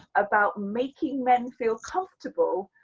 about making men feel comfortable,